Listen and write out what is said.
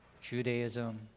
Judaism